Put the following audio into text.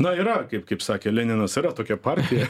na yra kaip kaip sakė leninas yra tokia partija